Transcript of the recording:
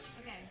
Okay